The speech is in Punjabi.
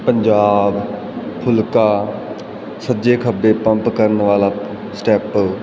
ਪੰਜਾਬ ਫੁਲਕਾ ਸੱਜੇ ਖੱਬੇ ਪੰਪ ਕਰਨ ਵਾਲਾ ਸਟੈਪ